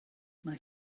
mae